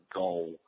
goal